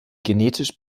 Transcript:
genetisch